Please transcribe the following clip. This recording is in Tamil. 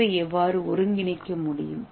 ஏவை எவ்வாறு ஒருங்கிணைக்க முடியும்